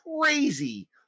crazy